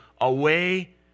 away